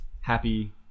happy